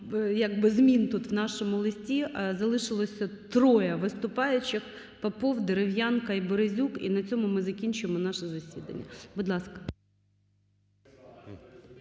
змін тут в нашому листі, залишилося троє виступаючих: Попов, Дерев'янко і Березюк. І на цьому ми закінчимо наше засідання. Будь ласка.